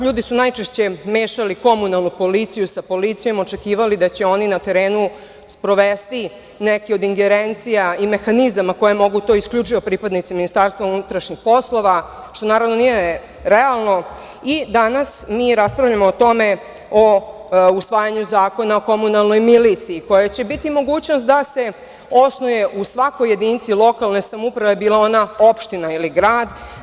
Ljudi su najčešće mešali komunalnu policiju sa policijom, očekivali da će oni na terenu sprovesti neke od ingerencija i mehanizama koje mogu to isključivo pripadnici MUP-a, što naravno nije realno i danas mi raspravljamo o tome, o usvajanju zakona o komunalnoj miliciji, koja će imati mogućnost da se osnuje u svakoj jedinici lokalne samouprave, bila ona opština ili grad.